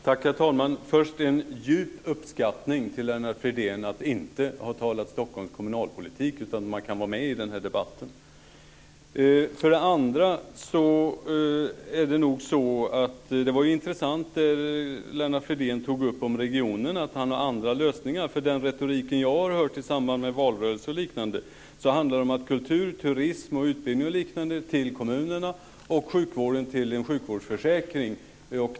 Herr talman! Först vill jag visa min djupa uppskattning för att Lennart Fridén inte har talat om Stockholms kommunalpolitik så att jag kan vara med i den här debatten. Det som Lennart Fridén tog upp om regionerna och att han har andra lösningar var intressant. Enligt den retorik som jag har hört i samband med valrörelser och liknande handlar det om att kultur, turism, utbildning och liknande hör till kommunerna och sjukvården till en sjukvårdsförsäkring.